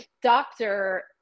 doctor